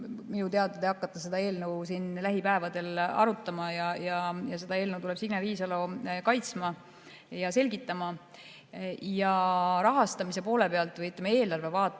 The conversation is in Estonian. Minu teada te hakkate seda eelnõu siin lähipäevadel arutama. Seda eelnõu tuleb Signe Riisalo kaitsma ja selgitama. Rahastamise poole pealt või, ütleme, eelarve vaates